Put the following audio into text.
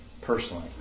personally